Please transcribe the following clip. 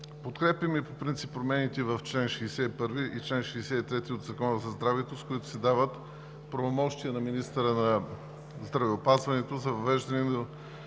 Подкрепяме по принцип промените в чл. 61 и чл. 63 от Закона за здравето, с които се дават правомощия на министъра на здравеопазването за въвеждане